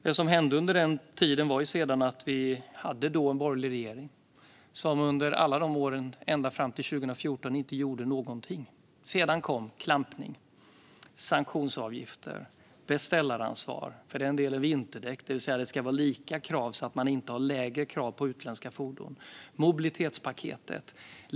Det som sedan hände var att den borgerliga regeringen som vi hade då under alla sina år, ända fram till 2014, inte gjorde någonting. Sedan kom klampning, sanktionsavgifter, beställaransvar, lika krav på vinterdäck så att man inte har lägre krav på utländska fordon och mobilitetspaketet.